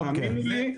האמינו לי,